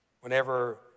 whenever